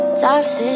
toxic